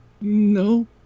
No